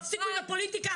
תפסיקו עם הפוליטיקה,